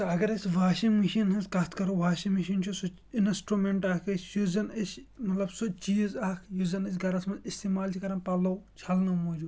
اگر أسۍ washing machine ہِںٛز کَتھ کَرو واشنٛگ مِشیٖن چھِ سُہ اِنسٹرٛوٗمَنٛٹ اَکھ أسۍ یُس زَن أسۍ مطلب سُہ چیٖز اَکھ یُس زَن أسۍ گَرَس منٛز استعمال چھِ کَران پَلو چھَلنہٕ موٗجوٗب